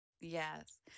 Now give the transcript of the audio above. Yes